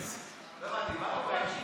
לא הבנתי, מה הוא אמר?